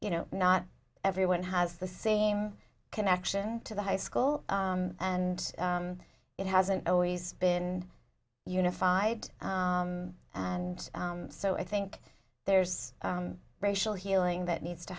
you know not everyone has the same connection to the high school and it hasn't always been unified and so i think there's a racial healing that needs to